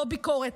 לא ביקורת,